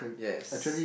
yes